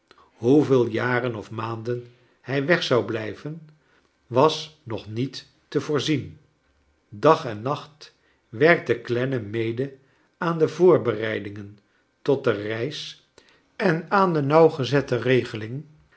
hoeveel jaren of maanden hij weg zou blijven was nog niet te voorzien dag en nacht werkte clennam mede aan de voorbereidingen tot de reis en aan de nauwgezette regeling